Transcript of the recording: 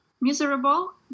miserable